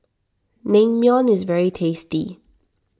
Naengmyeon is very tasty